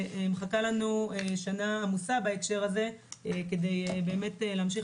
מחכה לנו שנה עמוסה בהקשר הזה כדי להמשיך